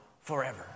forever